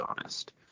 honest